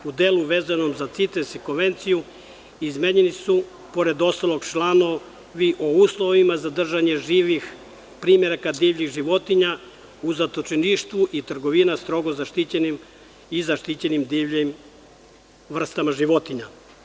U delu vezanom za konvenciju izmenjeni su pored ostalog članovi o uslovima za držanje živih primeraka divljih životinja u zatočeništvu i trgovina strogo zaštićenim i zaštićenim divljim vrstama životinja.